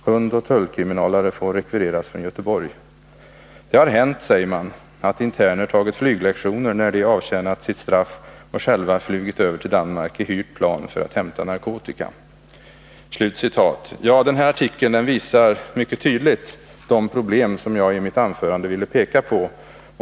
Hund och tullkrimmare får rekvireras från Göteborg.” Vidare säger man: ”Det har hänt att interner tagit flyglektioner när de avtjänat sitt straff och själva flugit över till Danmark i hyrt plan för att hämta narkotika.” Den här artikeln visar mycket tydligt på de problem som jag i mitt anförande ville peka på.